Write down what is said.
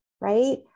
right